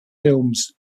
films